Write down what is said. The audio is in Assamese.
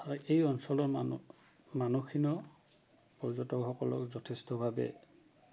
আৰু এই অঞ্চলৰ মানুহ মানুহখিনিও পৰ্যটকসকলক যথেষ্টভাৱে